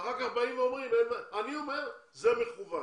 אני אומר שזה מכוון